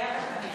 מתחייבת אני